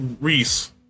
Reese